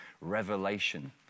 revelation